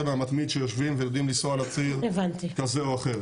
מהמתמיד שיושבים ויודעים לנסוע על ציר כזה או אחר.